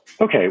okay